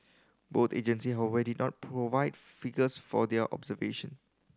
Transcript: both agency how did not provide figures for their observation